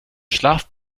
schlaf